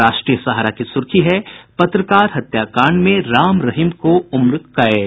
राष्ट्रीय सहारा की सुर्खी है पत्रकार हत्याकांड में राम रहीम को उम्र कैद